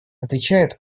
отвечает